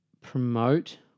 promote